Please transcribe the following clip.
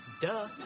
Duh